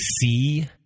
see